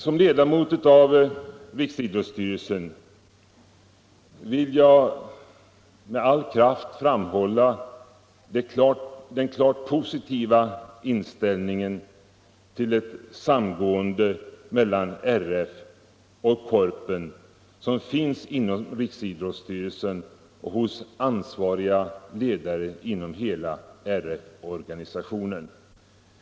Som ledamot av Riksidrottsstyrelsen vill jag med all kraft framhålla den klart positiva inställning till ett samgående mellan RF och Korpen som finns inom Riksidrottsstyrelsen och hos ansvariga ledare inom hela RF-organisationen.